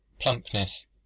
plumpness